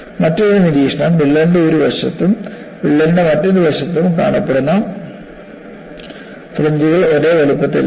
മറ്റൊരു നിരീക്ഷണം വിള്ളലിന്റെ ഒരു വശത്തും വിള്ളലിന്റെ മറ്റൊരു വശത്തും കാണപ്പെടുന്ന ഫ്രിഞ്ച്കൾ ഒരേ വലുപ്പത്തിലല്ല